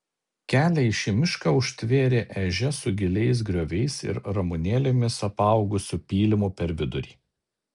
kelią į šį mišką užtvėrė ežia su giliais grioviais ir ramunėlėmis apaugusiu pylimu per vidurį